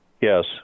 Yes